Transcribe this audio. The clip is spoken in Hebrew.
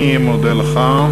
אני מודה לך.